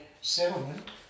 settlement